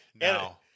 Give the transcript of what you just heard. now